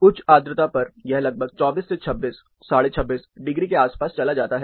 उच्च आर्द्रता पर यह लगभग 24 से 26 265 डिग्री के आसपास चला जाता है